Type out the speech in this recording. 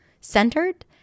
centered